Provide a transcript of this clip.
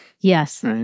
Yes